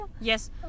Yes